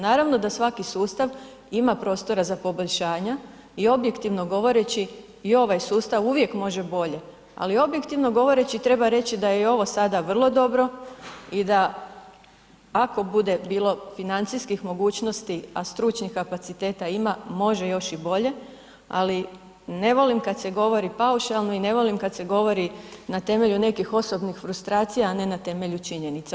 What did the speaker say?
Naravno da svaki sustav ima prostora za poboljšanja i objektivno govoreći i ovaj sustav uvijek može bolje, ali objektivno govoreći treba reći da je i ovo sada vrlo dobro i da ako bude bilo financijskih mogućnosti, a stručnih kapaciteta ima, može još i bolje, ali ne vodim kad se govori paušalno i ne volim kad se govori na temelju nekih osobnih frustracija, a ne na temelju činjenica.